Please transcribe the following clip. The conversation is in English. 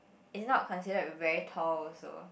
is not considered very tall also